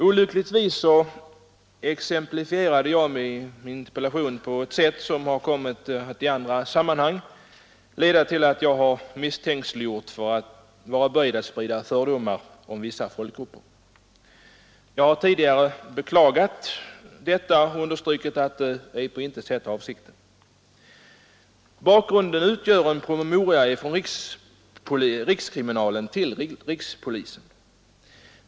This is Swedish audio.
Olyckligtvis exemplifierade jag i min interpellation på ett sätt som har kommit att i andra sammanhang leda till att jag misstänkliggjorts vara böjd för att sprida fördomar om vissa folkgrupper. Jag har tidigare beklagat detta och understrukit att det på intet sätt är avsikten. Bakgrunden utgör en promemoria från rikskriminalen till rikspolisstyrelsen.